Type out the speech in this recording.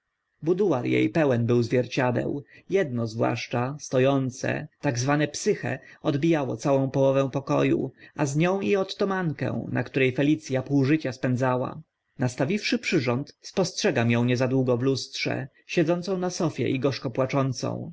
buduar e pełen był zwierciadeł edno zwłaszcza sto ące tak zwane psyche odbijało całą połowę poko u a z nią i otomankę na które felic a pół życia spędzała nastawiwszy przyrząd spostrzegam ą niezadługo w lustrze siedzącą na sofie i gorzko płaczącą